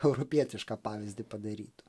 europietišką pavyzdį padarytų